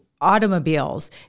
automobiles